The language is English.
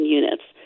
units